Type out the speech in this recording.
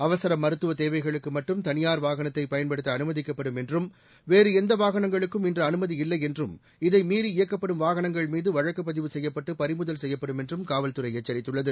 அவசர மருத்துவ தேவைகளுக்கு மட்டும் தனியார் வாகனத்தை பயன்படுத்த அனுமதிக்கப்படும் என்றும் வேறு எந்த வாகனங்களுக்கும் இன்று அனுமதியில்லை என்றும் இதை மீநி இயக்கப்படும் வாகனங்கள்மீது வழக்குப் பதிவு செய்யப்பட்டு பறிமுதல் செய்யப்படும் என்றும் காவல்துறை எச்சரித்துள்ளது